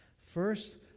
First